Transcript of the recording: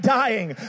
dying